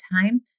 time